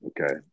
okay